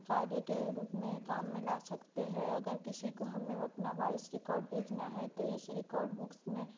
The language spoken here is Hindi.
कार्य के रूप में काम में ला सकते है अगर किसी को हमें अपना वॉयस रिकाॅर्ड भेजना है तो इस रिकाॅर्ड बुक्स में